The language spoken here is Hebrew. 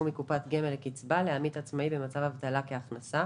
מקופת גמל לקצבה לעמית עצמאי במצב אבטלה כהכנסה),